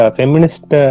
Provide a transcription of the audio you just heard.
feminist